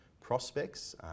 prospects